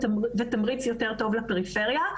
ותמריץ יותר טוב לפריפריה.